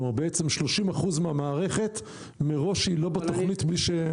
כלומר בעצם 30% מהמערכת מראש היא לא בתכנית.